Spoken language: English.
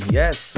yes